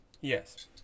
Yes